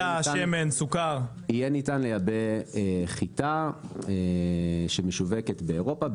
יהיה ניתן לייבא חיטה שמשווקת באירופה,